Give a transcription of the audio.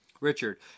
Richard